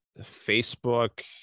Facebook